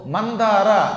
Mandara